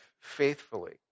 faithfully